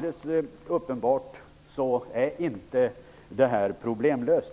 Detta problem är uppenbarligen inte löst.